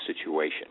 situation